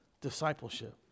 discipleship